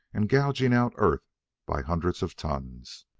and gouging out earth by hundreds of tons.